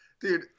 dude